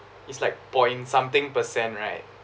it's like point something percent right